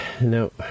no